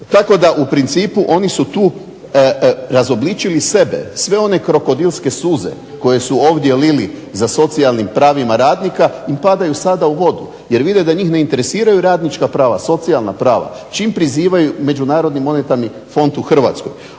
Tako da u principu oni su tu razobličili sebe, sve one krokodilske suze koje su ovdje lili za socijalnim pravima radnika im padaju sada u vodu jer vide da njih ne interesiraju radnička prava, socijalna prava čim prizivaju Međunarodni monetarni fond u Hrvatsku.